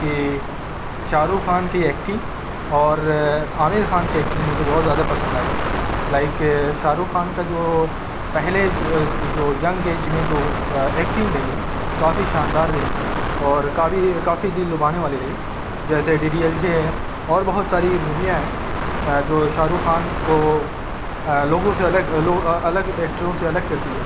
کہ شاہ رخ خان کی ایکٹنگ اور عامر خان کی ایکٹنگ مجھے بہت زیادہ پسند آئی لائک شاہ رخ خان کا جو پہلے جو ینگ ایج میں جو ایکٹنگ رہی ہے کافی شاندار رہی ہے اور کافی کافی دل لبھانے والی رہی جیسے ڈی ڈی ایل جے ہے اور بہت ساری موویاں ہیں جو شاہ رخ خان کو لوگوں سے الگ لوگ الگ ایکٹروں سے الگ کرتی ہے